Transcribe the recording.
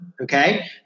okay